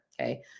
okay